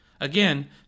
Again